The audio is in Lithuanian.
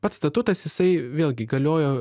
pats statutas jisai vėlgi galiojo